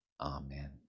Amen